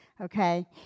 Okay